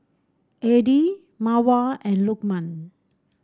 Adi Mawar and Lukman